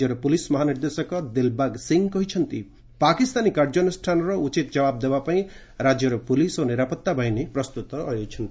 ରାଜ୍ୟର ପୁଲିସ୍ ମହାନିର୍ଦ୍ଦେଶକ ଦିଲ୍ବାଗ୍ ସିଂହ କହିଛନ୍ତି ପାକିସ୍ତାନୀ କାର୍ଯ୍ୟାନୁଷାନର ଉଚିତ ଜବାବ୍ ଦେବାପାଇଁ ରାଜ୍ୟର ପୁଲିସ୍ ଓ ନିରାପତ୍ତା ବାହିନୀ ପ୍ରସ୍ତୁତ ରହିଛି